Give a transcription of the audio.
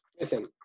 Listen